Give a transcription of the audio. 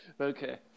Okay